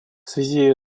связи